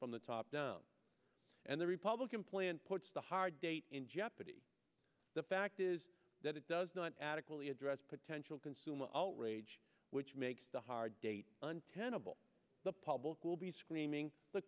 the top down and the republican plan puts the hard date in jeopardy the fact is that it does not adequately address potential consumer outrage which makes the hard data untenable the public will be screaming th